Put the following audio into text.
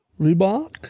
Reebok